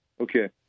Okay